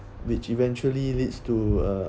which eventually leads to uh